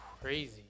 crazy